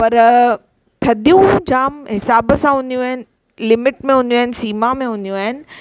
पर थधियू जाम हिसाब सा हूंदियूं आहिनि लिमिट में हूंदियूं आहिनि सीमा में हूंदियूं आहिनि